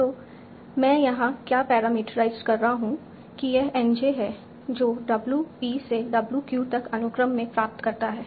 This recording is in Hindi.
तो मैं यहाँ क्या पैरामीटराइज्ड कर रहा हूं कि यह N j है जो W p से W q तक अनुक्रम में प्राप्त करता है